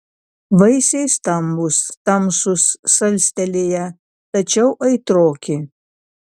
vaisiai stambūs tamsūs salstelėję tačiau aitroki